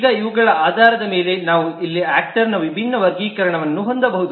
ಈಗ ಇವುಗಳ ಆಧಾರದ ಮೇಲೆ ನಾವು ಇಲ್ಲಿ ಆಕ್ಟರ್ನ ವಿಭಿನ್ನ ವರ್ಗೀಕರಣವನ್ನು ಹೊಂದಬಹುದು